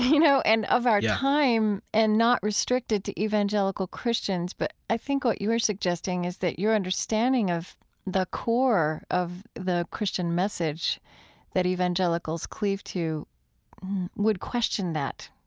you know, and of our time and not restricted to evangelical christians. but i think what you're suggesting is that your understanding of the core of the christian message that evangelicals cleave to would question that,